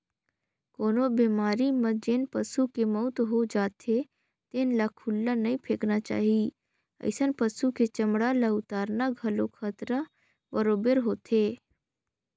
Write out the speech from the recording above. कोनो बेमारी म जेन पसू के मउत हो जाथे तेन ल खुल्ला नइ फेकना चाही, अइसन पसु के चमड़ा ल उतारना घलो खतरा बरोबेर होथे